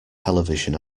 television